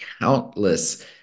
countless